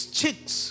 chicks